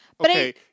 okay